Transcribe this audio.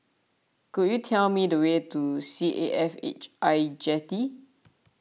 could you tell me the way to C A F H I Jetty